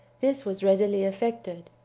this was readily effected.